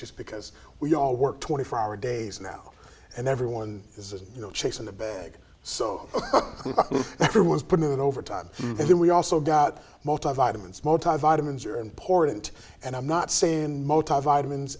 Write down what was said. just because we all work twenty four hour days now and everyone is you know chasing the bag so everyone's put it over time and then we also got multi vitamins multi vitamins are important and i'm not saying multi vitamins